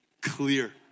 Clear